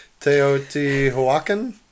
Teotihuacan